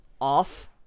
off